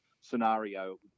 scenario